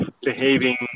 behaving